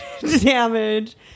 damage